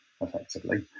effectively